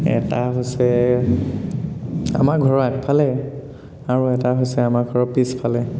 এটা হৈছে আমাৰ ঘৰৰ আগফালে আৰু এটা হৈছে আমাৰ ঘৰৰ পিছফালে